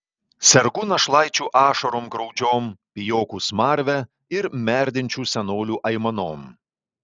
sergu našlaičių ašarom graudžiom pijokų smarve ir merdinčių senolių aimanom